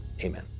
amen